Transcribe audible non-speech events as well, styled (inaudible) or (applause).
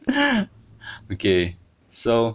(laughs) okay so